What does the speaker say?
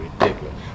ridiculous